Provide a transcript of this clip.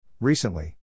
Recently